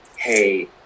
Hey